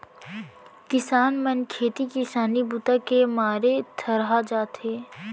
किसान मन खेती किसानी बूता के मारे थरहा जाथे